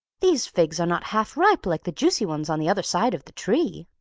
these figs are not half ripe like the juicy ones on the other side of the tree!